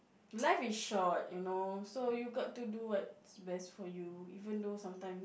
life is short you know so you got to do what's best for you even though sometimes